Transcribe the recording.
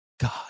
God